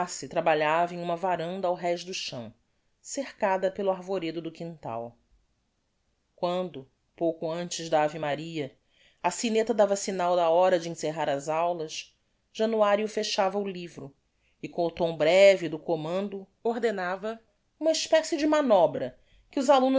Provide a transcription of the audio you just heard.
classe trabalhava em uma varanda ao rez do chão cercada pelo arvoredo do quintal quando pouco antes da ave-maria a sineta dava signal da hora de encerrar as aulas januario fechava o livro e com o tom breve do commando ordenava uma especie de manobra que os alumnos